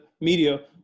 media